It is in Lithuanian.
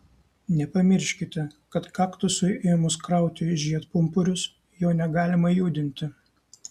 nepamirškite kad kaktusui ėmus krauti žiedpumpurius jo negalima judinti